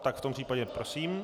Tak v tom případě prosím.